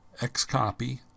xcopy